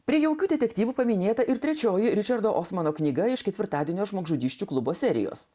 prie jaukių detektyvų paminėta ir trečioji ričardo osmano knyga iš ketvirtadienio žmogžudysčių klubo serijos